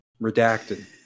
redacted